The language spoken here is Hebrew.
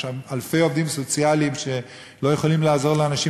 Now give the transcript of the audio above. יש שם אלפי עובדים סוציאליים שלא יכולים לעזור לאנשים,